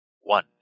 one